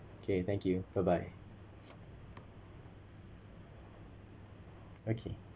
okay thank you bye bye okay